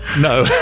No